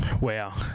wow